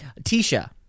Tisha